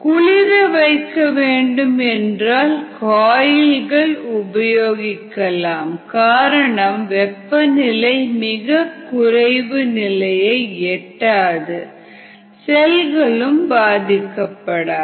குளிர வைக்க வேண்டும் என்றால் காயில்கள் உபயோகிக்கலாம் காரணம் வெப்பநிலை மிகக்குறைவு நிலையை எட்டாது செல்களும் பாதிக்கப்படாது